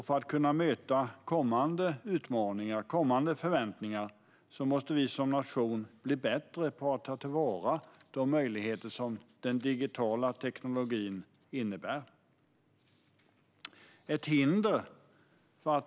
För att kunna möta kommande utmaningar och förväntningar måste vi som nation bli bättre på att ta till vara de möjligheter som den digitala teknologin innebär.